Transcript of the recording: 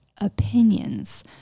opinions